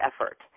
effort